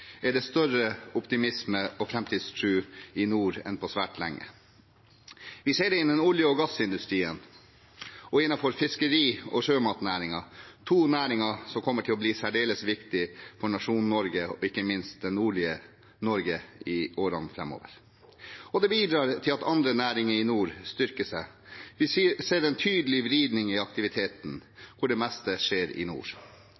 er det større optimisme og framtidstro i nord enn på svært lenge. Vi ser det innen olje- og gassindustrien og innenfor fiskeri- og sjømatnæringen – to næringer som kommer til å bli særdeles viktige for nasjonen Norge og ikke minst det nordlige Norge i årene framover. Det bidrar til at andre næringer i nord styrker seg. Vi ser en tydelig vridning i aktiviteten – hvor det meste skjer i nord.